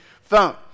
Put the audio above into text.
phone